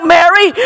Mary